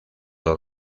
los